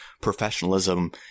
professionalism